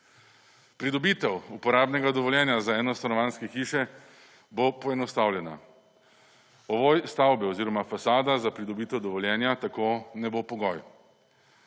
Pridobitev uporabnega dovoljenja za enostanovanjske hiše bo poenostavljena. Ovoj stavbe oziroma fasada za pridobitev dovoljenja tako ne bo pogoj.